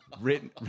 written